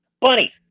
Bunny